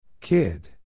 Kid